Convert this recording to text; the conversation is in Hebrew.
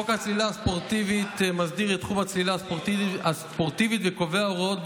חוק הצלילה הספורטיבית מסדיר את תחום הצלילה הספורטיבית וקובע הוראות,